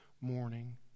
morning